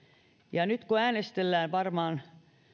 ja nyt kun äänestellään varmaan